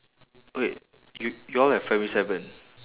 wait you y'all have primary seven